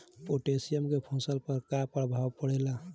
Potassium के फसल पर का प्रभाव पड़ेला?